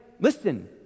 listen